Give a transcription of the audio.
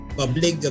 public